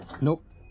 Nope